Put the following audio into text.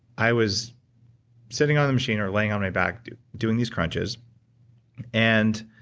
i was sitting on the machine, or laying on my back doing these crunches and,